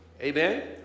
amen